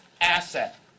asset